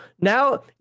now